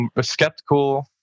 skeptical